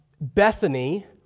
Bethany